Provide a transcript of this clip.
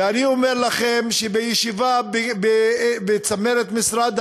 ואני אומר לכם שבישיבה עם צמרת משרד